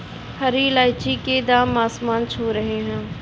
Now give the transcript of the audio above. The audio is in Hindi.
हरी इलायची के दाम आसमान छू रहे हैं